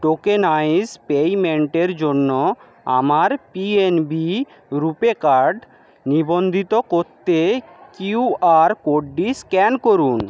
tokenised পেমেন্টের জন্য আমার পিএনবি রুপে কার্ড নিবন্ধিত করতে কিউআর কোডটি স্ক্যান করুন